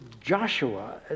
Joshua